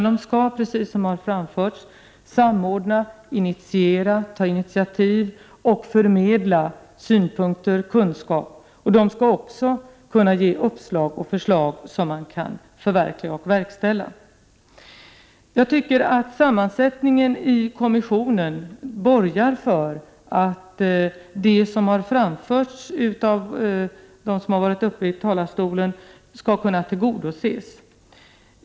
Den skall, precis som det har framhållits, samordna, initiera, ta initiativ och förmedla synpunkter och kunskap. Den skall också kunna ge uppslag och förslag som kan förverkligas. Jag tycker att kommissionens sammansättning borgar för att de önskemål som har framförts av dem som varit uppe i talarstolen skall kunna tillgodoses.